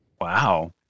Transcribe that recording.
Wow